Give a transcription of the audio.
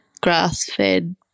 grass-fed